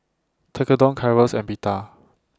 Tekkadon Gyros and Pita